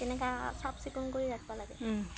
তেনেকৈ চাফ চিকুণ কৰি ৰাখিব লাগে